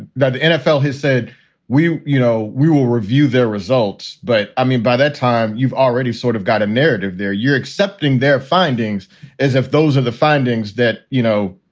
the nfl has said we, you know, we will review their results. but i mean, by that time, you've already sort of got a narrative there. you're accepting their findings as if those are the findings that, you know,